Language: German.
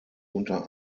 unter